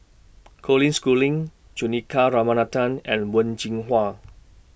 Colin Schooling Juthika Ramanathan and Wen Jinhua